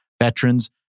veterans